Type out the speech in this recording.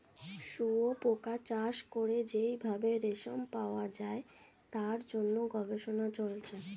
শুয়োপোকা চাষ করে যেই ভাবে রেশম পাওয়া যায় তার জন্য গবেষণা চলছে